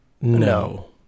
No